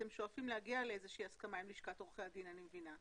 אתם שואפים להגיע לאיזושהי הסכמה עם לשכת עורכי הדין.